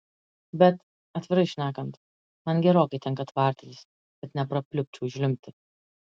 bet atvirai šnekant man gerokai tenka tvardytis kad neprapliupčiau žliumbti